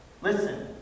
Listen